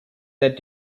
that